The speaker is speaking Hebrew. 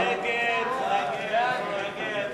נגד, מי נמנע?